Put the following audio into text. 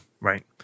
Right